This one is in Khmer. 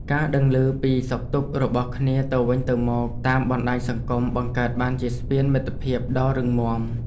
ការដឹងឮពីសុខទុក្ខរបស់គ្នាទៅវិញទៅមកតាមបណ្តាញសង្គមបង្កើតបានជាស្ពានមិត្តភាពដ៏រឹងមាំ។